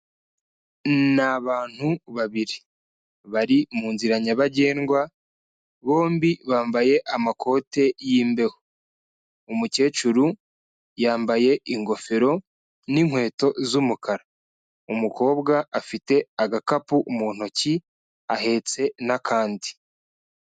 Ni abantu babiri. Bari mu nzira nyabagendwa, bombi bambaye amakote y'imbeho. Umukecuru, yambaye ingofero n'inkweto z'umukara. Umukobwa afite agakapu mu ntoki ahetse n'akandi.